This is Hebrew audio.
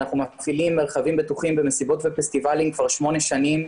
אנחנו מפעילים מרחבים בטוחים במסיבות ופסטיבלים כבר שמונה שנים,